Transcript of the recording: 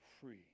free